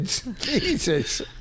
Jesus